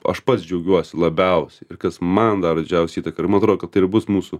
aš pats džiaugiuosi labiausiai ir kas man davė didžiausią įtaką ir man atrodo kad ir bus mūsų